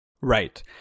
right